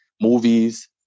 movies